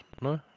no